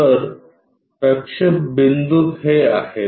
तर प्रक्षेप बिंदू हे आहेत